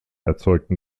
erzeugte